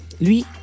Lui